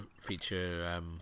feature